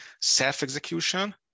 self-execution